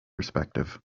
perspective